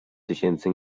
tysięcy